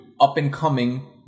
up-and-coming